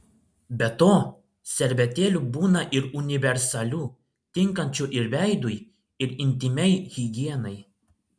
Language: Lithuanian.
be to servetėlių būna ir universalių tinkančių ir veidui ir intymiai higienai